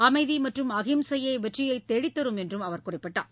அமைதி மற்றும் அஹிம்சையே வெற்றியை தேடித் தரும் என்றும் அவர் குறிப்பிட்டார்